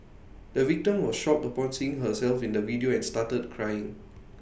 the victim was shocked upon seeing herself in the video and started crying